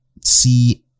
see